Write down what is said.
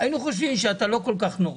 היינו חושבים שאתה לא כל כך נורא.